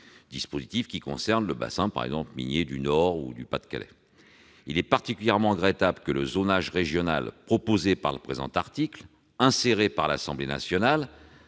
dispositif qui concerne le bassin minier du Nord et du Pas-de-Calais. « Il est particulièrement regrettable que le zonage régional proposé par le présent article inséré par l'Assemblée nationale